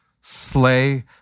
Slay